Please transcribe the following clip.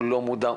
לא מודע,